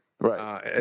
Right